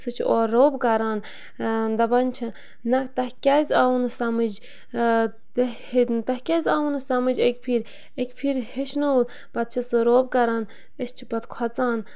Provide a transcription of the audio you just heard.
سُہ چھُ اورٕ روب کَران دَپان چھِ نہ تۄہہِ کیٛازِ آو نہٕ سَمٕج تۄہہِ کیازِ آو نہٕ سَمٕج اَکہِ پھِرِ اَکہِ پھِرِ ہیٚچھناوُ پَتہٕ چھِ سُہ روب کَران أسۍ چھِ پَتہٕ کھۄژان